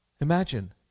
Imagine